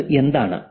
ഇത് എന്താണ്